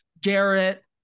garrett